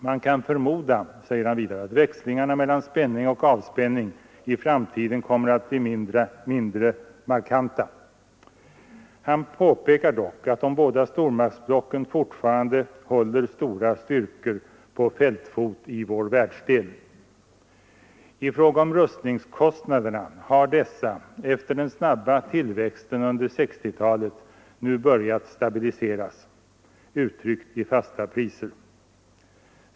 Man kan förmoda, säger han vidare, att växlingarna mellan spänning och avspänning i framtiden kommer att bli mindre markanta. Han påpekar dock att de båda stormaktsblocken fortfarande håller stora styrkor på fältfot i vår världsdel. I fråga om rustningskostnaderna har dessa, efter den snabba tillväxten under 1960-talet, nu börjat stabiliseras, uttryckt i fasta priser.